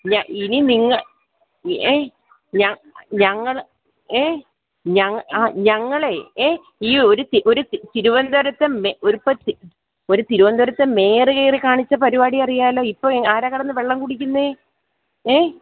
ഞ ഇനി നിങ്ങൾ ഏ ഞങ്ങൾ ഏ ഞങ് ആ ഞങ്ങളേ ഏ ഈ ഒരു തി ഒരു തി തിരുവനന്തപുരത്തെ മേ ഒരു തിരരുവനന്തപുരത്തെ മേയർ കയറി കാണിച്ചാൽ പരിപാടിയറിയാമല്ലോ ഇപ്പം ആരാണ് കിടന്നു വെള്ളം കുടിക്കുന്നത് ഏ